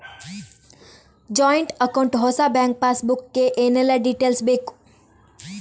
Joint account ಹೊಸ bank passbook ಗೆ ಏನೆಲ್ಲ ಡೀಟೇಲ್ಸ್ ಬೇಕು?